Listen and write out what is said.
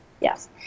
yes